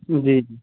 جی جی